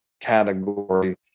category